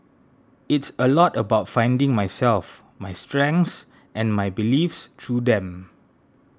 it's a lot about finding myself my strengths and my beliefs through them